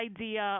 idea